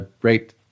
great